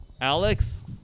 alex